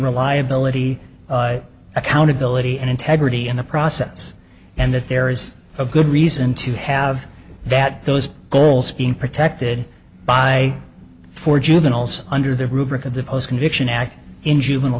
reliability accountability and integrity in the process and that there is a good reason to have that those goals being protected by four juveniles under the rubric of the post conviction act in juvenile